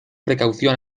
precaución